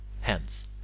Hence